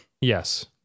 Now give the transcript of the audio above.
Yes